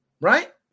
right